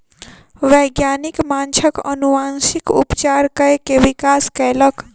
वैज्ञानिक माँछक अनुवांशिक उपचार कय के विकास कयलक